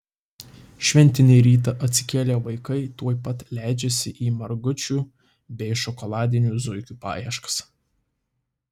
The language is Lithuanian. šventinį rytą atsikėlę vaikai tuoj pat leidžiasi į margučių bei šokoladinių zuikių paieškas